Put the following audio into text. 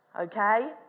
Okay